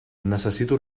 necessito